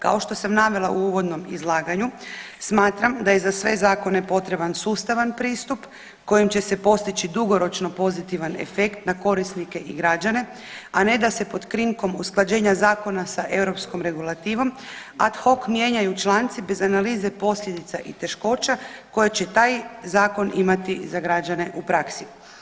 Kao što sam navele u uvodnom izlaganju, smatram da je za sve zakone potreban sustavan pristup kojim će se postići dugoročno pozitivan efekt na korisnike i građane, a ne da se pod krinkom usklađenja zakona sa europskom regulativom ad hoc mijenjaju članci bez analize posljedica i teškoća koje će taj zakon imati za građane u praksi.